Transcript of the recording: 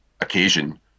occasion